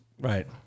right